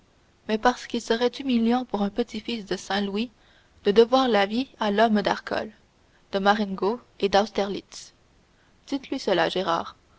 mais parce qu'il serait humiliant pour un petit-fils de saint louis de devoir la vie à l'homme d'arcole de marengo et d'austerlitz dis-lui